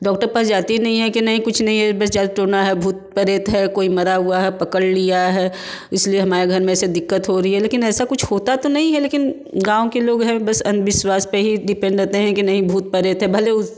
doctor के पास जाती नहीं है कि नहीं कुछ नहीं है बस जादू टोना है भूत प्रेत है कोई मरा हुआ है पकड़ लिया है इस लिए हमारे घर में से दिक्कत हो रही है लेकिन ऐसा कुछ होता तो नहीं है लेकिन गाँव के लोग हैं बस और अंधविश्वास पर ही डिपेंड रहते हैं कि नहीं भूत प्रेत है भले